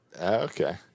Okay